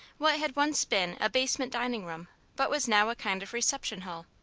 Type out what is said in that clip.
what had once been a basement dining-room but was now a kind of reception hall.